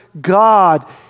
God